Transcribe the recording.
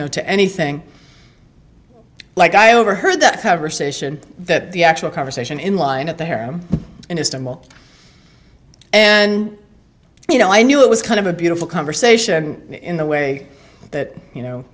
no to anything like i overheard the conversation that the actual conversation in line at the harem in just a moment and you know i knew it was kind of a beautiful conversation in the way that you know